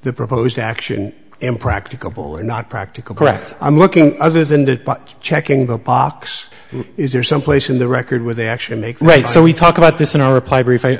the proposed action and practicable and not practical correct i'm looking other than that but checking the box is there some place in the record where they actually make rates so we talk about this